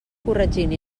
corregint